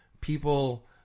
people